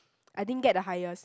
I didn't get the highest